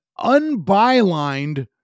unbylined